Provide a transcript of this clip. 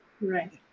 right